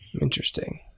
interesting